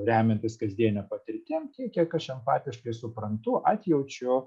remiantis kasdiene patirtim kiek aš empatiškai suprantu atjaučiu